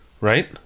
right